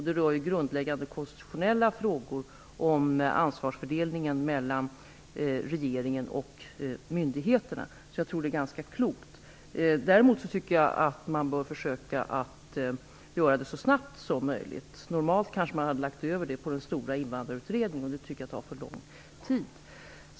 Det rör grundläggande konstitutionella frågor om ansvarsfördelningen mellan regeringen och myndigheterna. Jag tror därför att det är ganska klokt att göra på det här sättet. Däremot tycker jag att man bör försöka göra det här så snabbt som möjligt. Normalt skulle man kanske ha lagt över frågan på den stora invandrarutredningen, men det tycker jag tar för lång tid.